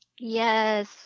yes